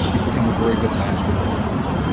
he's become a very good basketball player.